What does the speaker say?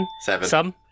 seven